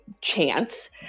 chance